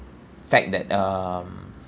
fact that um